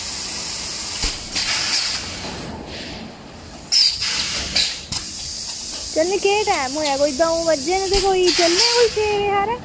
ते ऐहीं केह् टैम होया दंऊ बजे न कोई चलने आं छे बजे हारे